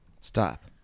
stop